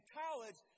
college